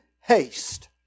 haste